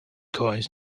coins